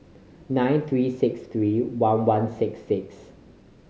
nine three six three one one six six